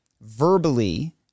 verbally